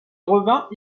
revint